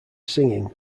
singing